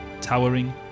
Towering